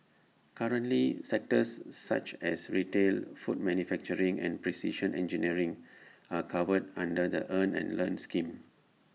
currently sectors such as retail food manufacturing and precision engineering are covered under the earn and learn scheme